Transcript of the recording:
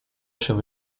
się